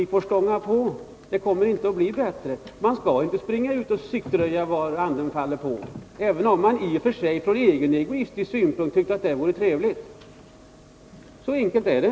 Ni får stånga på, men det kommer inte att bli bättre. Man bör inte springa ut och siktröja var andan faller på, även om man ur egen egoistisk synpunkt tycker att det vore trevligt. Så enkelt är det.